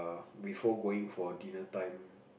before going for dinner time